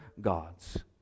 gods